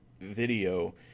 video